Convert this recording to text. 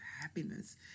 happiness